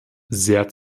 sehr